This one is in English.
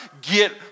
get